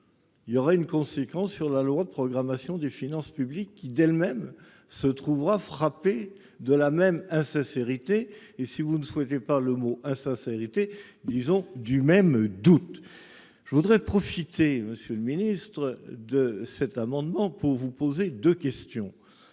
Il y aura une conséquence sur la loi de programmation des finances publiques qui d'elles-mêmes se trouvera frappé de la même insincérité et si vous ne souhaitez pas le mot insincérité disons du même doute. Je voudrais profiter. Monsieur le Ministre de cet amendement pour vous poser de questions.